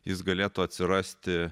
jis galėtų atsirasti